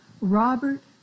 Robert